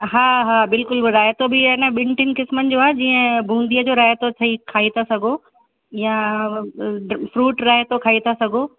हा हा बिल्कुलु राइतो बि ए न ॿिनि टिनि किस्मनि जो आहे जीअं बूंदीअ जो राइतो थई खाई था सघो या फ़्रूट राइतो खाई था सघो